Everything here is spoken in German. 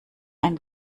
ein